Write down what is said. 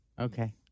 Okay